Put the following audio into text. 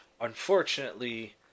unfortunately